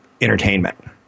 entertainment